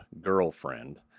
girlfriend